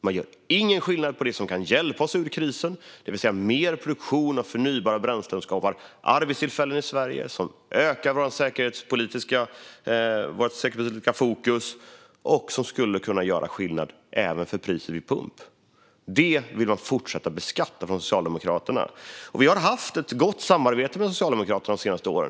Man gör ingen skillnad när det gäller det som kan hjälpa oss ur krisen, det vill säga mer produktion av förnybara bränslen, vilket skapar arbetstillfällen i Sverige, ökar vårt säkerhetspolitiska fokus och skulle kunna göra skillnad även för priset vid pump. Det vill man fortsätta beskatta från Socialdemokraternas sida. Vi har haft ett gott samarbete med Socialdemokraterna de senaste åren.